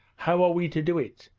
how are we to do it?